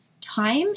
Time